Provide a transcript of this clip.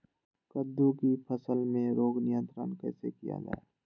कददु की फसल में रोग नियंत्रण कैसे किया जाए?